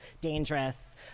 dangerous